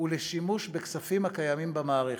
ולשימוש בכספים הקיימים במערכת.